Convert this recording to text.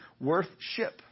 worth-ship